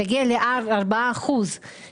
תיכף אני אבקש תשובות על זה.